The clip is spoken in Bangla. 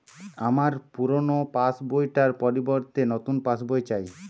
আমার পুরানো পাশ বই টার পরিবর্তে নতুন পাশ বই চাই